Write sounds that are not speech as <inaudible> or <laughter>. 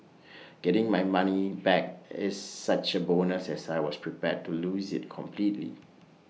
<noise> getting my money back is such A bonus as I was prepared to lose IT completely